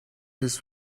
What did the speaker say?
his